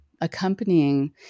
accompanying